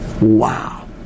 Wow